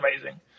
amazing